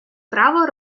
право